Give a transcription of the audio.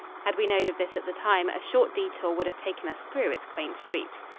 had we known of this at the time, a short detour would have taken us through its quaint streets.